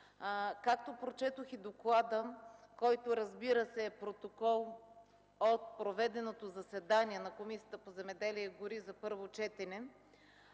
Както прочетох и в доклада, който разбира се е протокол от проведеното заседание на Комисията по земеделието и горите за първо четене,